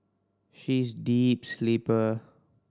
she is a deep sleeper